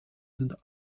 sind